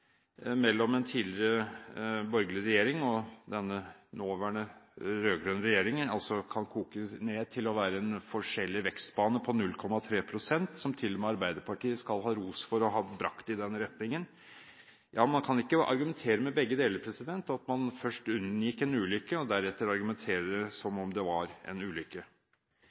mellom en tidligere borgerlig regjering og den nåværende, rød-grønne, regjeringen kan koke ned til å være en forskjell i vekstbane på 0,3 pst., som til og med Arbeiderpartiet skal ha ros for å ha brakt i den retningen. Man kan ikke argumentere med begge deler, at man først unngikk en ulykke – og deretter argumenterer som om det var en ulykke.